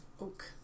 oak